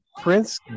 Prince